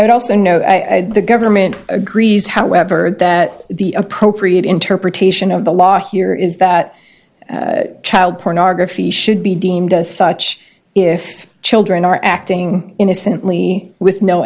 also know the government agrees however that the appropriate interpretation of the law here is that child pornography should be deemed as such if children are acting innocently with no